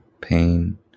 pain